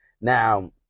Now